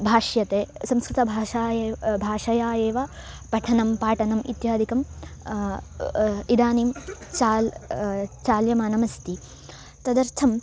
भाष्यते संस्कृतभाषा एव् भाषया एव पठनं पाठनम् इत्यादिकम् इदानीं चाल् चाल्यमानमस्ति तदर्थं